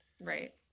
Right